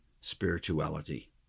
spirituality